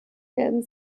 wenden